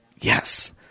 yes